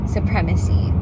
Supremacy